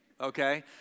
okay